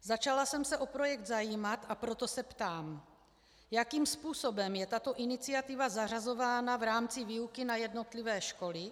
Začala jsem se o projekt zajímat, proto se ptám: Jakým způsobem je tato iniciativa zařazována v rámci výuky na jednotlivé školy?